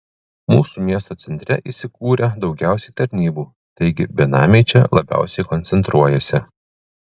mūsų miesto centre įsikūrę daugiausiai tarnybų taigi benamiai čia labiausiai koncentruojasi